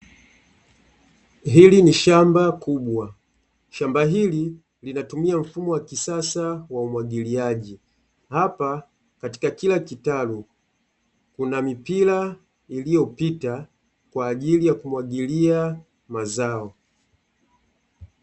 Hili ni shamba kubwa, shamba hili linatumia mfumo wa kisasa wa umwagiliaji, hapa katika kila kitalu kuna mipira iliyopita kwa ajili ya kumwagilia mazao.